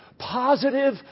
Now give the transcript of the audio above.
Positive